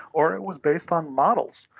or it was based on models.